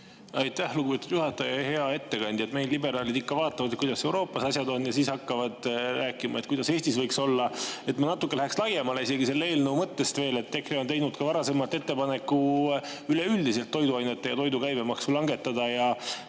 Aitäh, lugupeetud juhataja! Hea ettekandja! Meil liberaalid ikka vaatavad, kuidas Euroopas asjad on, ja siis hakkavad rääkima, kuidas Eestis võiks olla. Ma natuke läheks isegi laiemaks selle eelnõu mõttest. EKRE on teinud varasemalt ettepaneku üleüldiselt toiduainete ja toidu käibemaksu langetada.